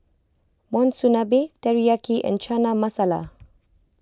Monsunabe Teriyaki and Chana Masala